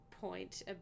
point